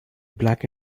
black